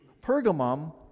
Pergamum